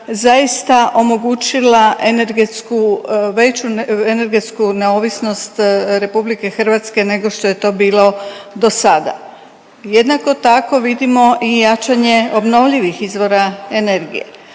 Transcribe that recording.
zaista omogućila energetsku veću, energetsku neovisnost RH nego što je to bilo dosada. Jednako tako vidimo i jačanje obnovljivih izvora energije.